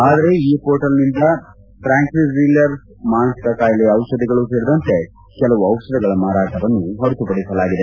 ಆದರೆ ಇ ಪೋರ್ಟಲ್ನಿಂದ ಟ್ರಾಂಕ್ವಜಿಲರ್ಸ್ ಮಾನಸಿಕ ಕಾಯಿಲೆಯ ದಿಷಧಿಗಳು ಸೇರಿದಂತೆ ಕೆಲವು ದಿಷಧಗಳ ಮಾರಾಟವನ್ನು ಹೊರತುಪಡಿಸಲಾಗಿದೆ